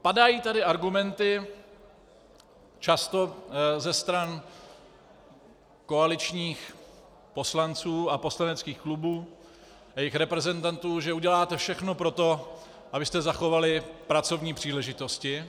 Padají tady argumenty často ze stran koaličních poslanců a poslaneckých klubů a jejich reprezentantů, že uděláte všechno pro to, abyste zachovali pracovní příležitosti.